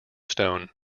stone